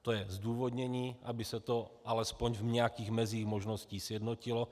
To je zdůvodnění, aby se to alespoň v nějakých mezích možností sjednotilo.